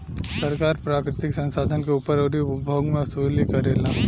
सरकार प्राकृतिक संसाधन के ऊपर अउरी उपभोग मे वसूली करेला